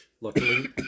luckily